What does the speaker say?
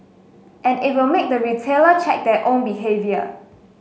and it will make the retailer check their own behaviour